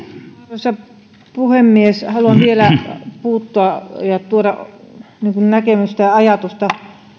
arvoisa puhemies haluan vielä tuoda näkemystä ja ajatusta